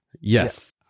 Yes